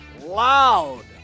Loud